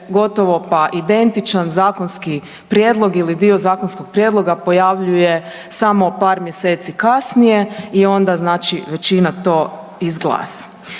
gotovo pa identičan zakonski prijedlog ili dio zakonskog prijedloga pojavljuje samo par mjeseci kasnije i onda znači većina to izglasa.